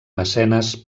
mecenes